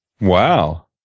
wow